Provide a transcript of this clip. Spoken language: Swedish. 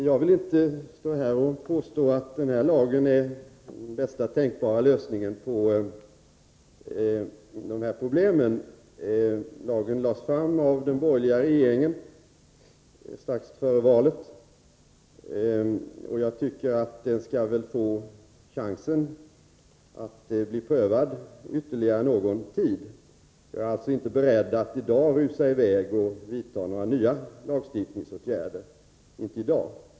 Fru talman! Jag vill inte påstå att denna lag är den bästa tänkbara lösningen på dessa problem. Lagen lades fram av den borgerliga regeringen strax före valet, och jag tycker att den skall få chansen att bli prövad ytterligare någon tid. Jag är alltså inte beredd att i dag rusa i väg och vidta några nya lagstiftningsåtgärder.